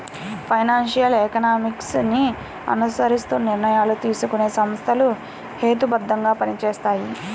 financial economics ని అనుసరిస్తూ నిర్ణయాలు తీసుకునే సంస్థలు హేతుబద్ధంగా పనిచేస్తాయి